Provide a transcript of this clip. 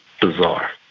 bizarre